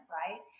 right